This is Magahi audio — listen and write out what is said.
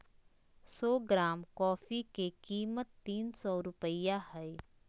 सो ग्राम कॉफी के कीमत तीन सो रुपया हइ